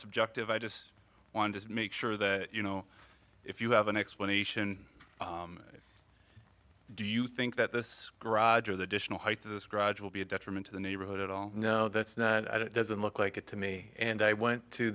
subjective i just wanted to make sure that you know if you have an explanation do you think that this garage with additional height to this gradual be a detriment to the neighborhood at all know that it doesn't look like it to me and i went to